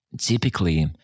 Typically